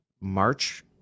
March